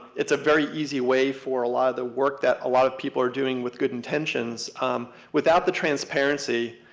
it's a very easy way for a lot of the work that a lot of people are doing with good intentions without the transparency.